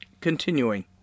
Continuing